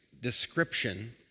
description